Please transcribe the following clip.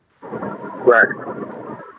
Right